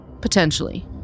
potentially